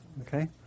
okay